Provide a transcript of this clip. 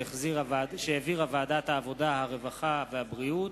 שהחזירה ועדת העבודה, הרווחה והבריאות.